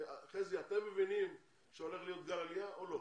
חזי, אתם מבינים שהולך להיות גל עלייה או לא?